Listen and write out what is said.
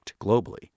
globally